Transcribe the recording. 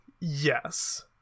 Yes